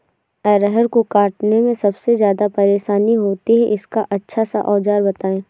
अरहर को काटने में सबसे ज्यादा परेशानी होती है इसका अच्छा सा औजार बताएं?